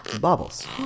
bobbles